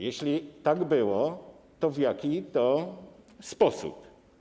Jeśli tak było, to w jaki sposób?